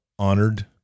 honored